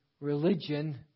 religion